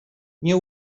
nie